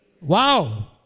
Wow